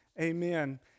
Amen